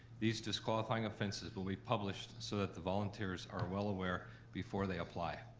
these disqualifying offenses will be published so that the volunteers are well aware before they apply.